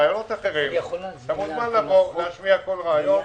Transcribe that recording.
רעיונות אחרים - אתה מוזמן לבוא ולהשמיע כל רעיון.